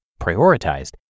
prioritized